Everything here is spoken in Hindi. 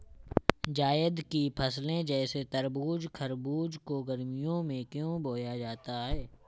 जायद की फसले जैसे तरबूज़ खरबूज को गर्मियों में क्यो बोया जाता है?